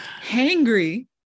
hangry